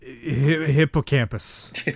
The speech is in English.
Hippocampus